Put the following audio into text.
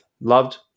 loved